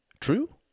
true